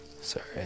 Sorry